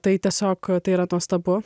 tai tiesiog tai yra nuostabu